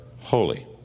holy